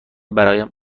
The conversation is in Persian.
برایم